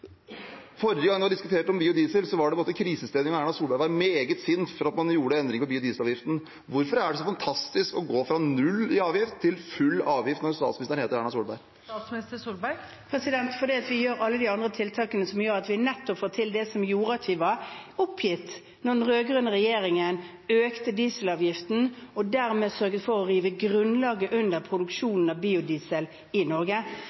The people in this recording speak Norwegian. Forrige gang vi diskuterte biodiesel, var det på en måte krisestemning, og Erna Solberg var meget sint for at man gjorde endringer i biodieselavgiften. Hvorfor er det så fantastisk å gå fra null i avgift til full avgift når statsministeren heter Erna Solberg? Fordi vi gjør alle de andre tiltakene som gjør at vi nettopp får til det som gjorde at vi var oppgitt da den rød-grønne regjeringen økte dieselavgiften og dermed sørget for å rive grunnlaget under produksjonen av biodiesel i Norge.